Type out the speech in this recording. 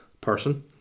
person